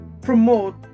promote